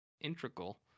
integral